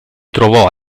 trovò